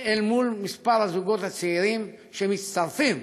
אל מול מספר הזוגות הצעירים שמצטרפים